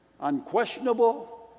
unquestionable